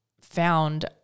found